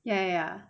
ya ya ya